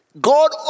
God